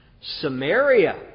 Samaria